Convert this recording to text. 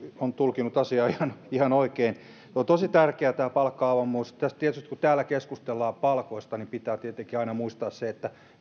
on tulkinnut asiaa ihan ihan oikein on tosi tärkeää tämä palkka avoimuus kun täällä keskustellaan palkoista pitää tietenkin aina muistaa se